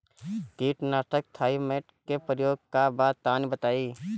कीटनाशक थाइमेट के प्रयोग का बा तनि बताई?